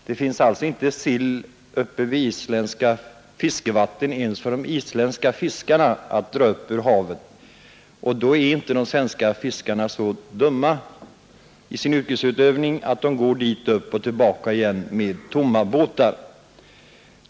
Det finns inte sill att dra upp ur havet uppe i de isländska fiskevattnen ens för de isländska fiskarna. De svenska fiskarna är inte så dumma i sin yrkesutövning att de går dit upp och tillbaka igen med tomma båtar.